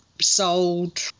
sold